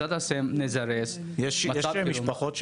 יש משפחות מופרדות?